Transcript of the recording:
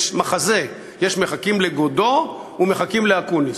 יש מחזה "מחכים לגודו", ומחכים לאקוניס.